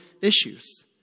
issues